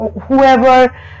whoever